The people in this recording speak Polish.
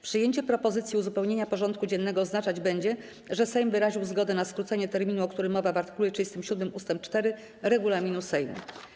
Przyjęcie propozycji uzupełnienia porządku dziennego oznaczać będzie, że Sejm wyraził zgodę na skrócenie terminu, o którym mowa w art. 37 ust. 4 regulaminu Sejmu.